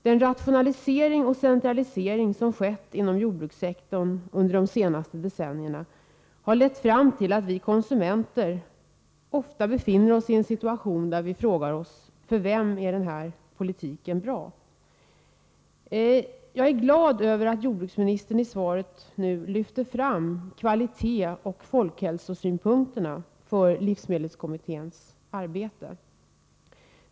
Den rationalisering och centralisering som skett inom jordbrukssektorn under de senaste decennierna har lett fram till att vi konsumenter ofta befinner oss i en situation där vi frågar oss: För vem är denna politik bra? Jag är glad att jordbruksministern i svaret framhöll kvalitetsoch folkhälsosynpunkterna för livsmedelskommitténs arbete.